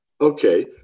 Okay